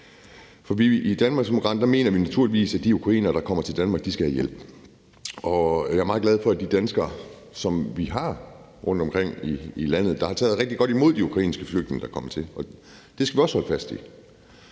For i Danmarksdemokraterne mener vi naturligvis, at de ukrainere, der kommer til Danmark, skal have hjælp, og jeg er meget glad for de danskere, vi har rundtomkring i landet, og som har taget rigtig godt imod de ukrainske flygtninge, der er kommet hertil, og det skal vi også holde fast i.